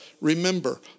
remember